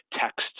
text